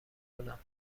کنم